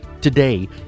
Today